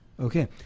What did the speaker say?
Okay